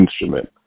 instrument